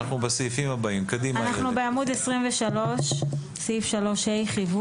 בעמוד 23, סעיף 3(ה).